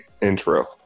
intro